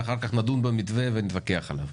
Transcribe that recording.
ואחר כך נדון במתווה ונתווכח עליו,